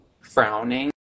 frowning